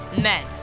men